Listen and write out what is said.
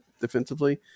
defensively